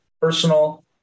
personal